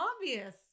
obvious